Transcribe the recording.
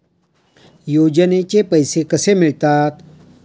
योजनेचे पैसे कसे मिळतात?